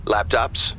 Laptops